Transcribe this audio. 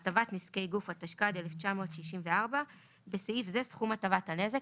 הטבת נזקי גוף התשכ"ד-1964 - בסעיף זה סכום הטבת הנזק.